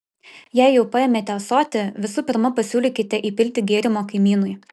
jei jau paėmėte ąsotį visų pirma pasiūlykite įpilti gėrimo kaimynui